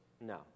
No